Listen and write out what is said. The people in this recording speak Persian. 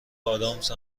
ادامس